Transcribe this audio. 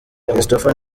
christopher